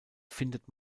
findet